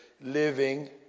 living